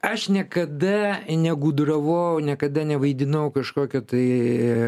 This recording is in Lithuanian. aš niekada negudravau niekada nevaidinau kažkokio tai